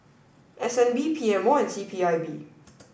S N B P M O and C P I B